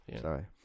Sorry